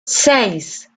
seis